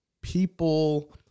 people